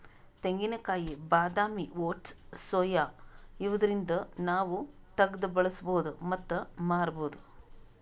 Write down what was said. ತೆಂಗಿನಕಾಯಿ ಬಾದಾಮಿ oats soya ಇವ್ದರಿಂದ್ ನಾವ್ ತಗ್ದ್ ಬಳಸ್ಬಹುದ್ ಮತ್ತ್ ಮಾರ್ಬಹುದ್